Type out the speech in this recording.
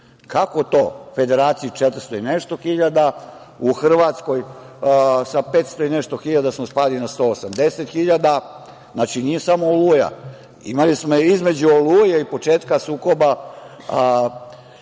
Kako to u Federaciji 400 i nešto hiljada, u Hrvatskoj sa 500 i nešto hiljada smo spali na 180 hiljada? Znači, nije samo „Oluja“, imali smo između „Oluje“ početka sukoba više